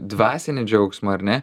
dvasinį džiaugsmą ar ne